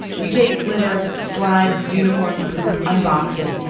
you take glitter, slime, unicorns, poop unboxing,